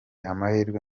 amahirwe